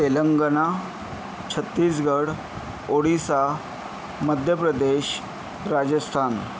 Telangana Chhattisgarh Odisha Madhya Pradesh Rajasthan